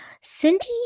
Cindy